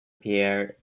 pierre